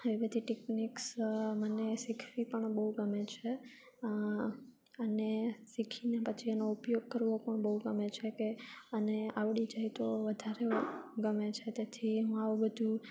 એવી બધી ટેક્નિક્સ મને શીખવી પણ બહુ ગમે છે અને શીખીને પછી એનો ઉપયોગ કરવો પણ બહુ ગમે છે કે અને આવડી જાય તો વધારે ગમે છે તેથી હું આવું બધું